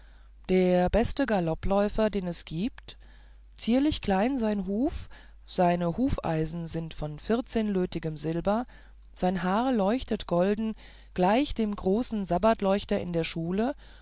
der beste galoppläufer den es gibt zierlich klein ist sein huf seine hufeisen sind von vierzehnlötigem silber sein haar leuchtet golden gleich dem großen sabbatleuchter in der schule